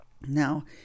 Now